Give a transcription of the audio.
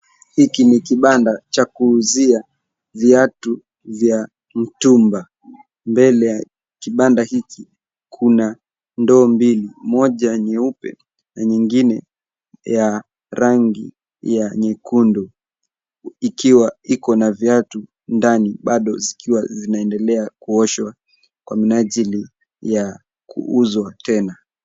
Hiki ni kibanda cha kuuzia viatu vya mitumba. Mbele ya kibanda hiki kuna ndoo mbili, moja nyeupe na nyingine ya rangi ya nyekundu ikiwa iko na viatu ndani bado zikiwa zinaendelea kuoshwa kwa minajili ya kuuzwa tena.